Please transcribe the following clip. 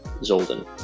Zolden